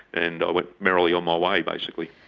and i went merrily on my way, basically.